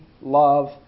love